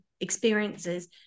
experiences